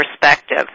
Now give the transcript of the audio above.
perspective